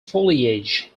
foliage